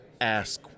ask